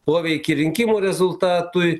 poveikį rinkimų rezultatui